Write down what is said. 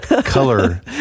Color